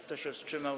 Kto się wstrzymał?